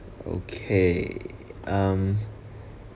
okay um